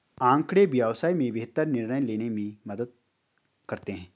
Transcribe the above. आँकड़े व्यवसाय में बेहतर निर्णय लेने में मदद करते हैं